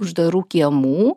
uždarų kiemų